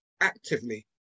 actively